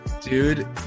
Dude